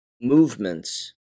movements